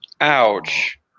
Ouch